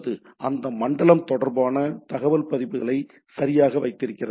அங்கு அந்த மண்டலம் தொடர்பான தகவல் பதிவுகளை சரியாக வைத்திருக்கிறது